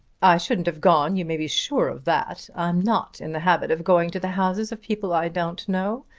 i shouldn't have gone you may be sure of that. i'm not in the habit of going to the houses of people i don't know.